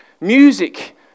Music